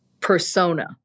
persona